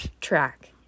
track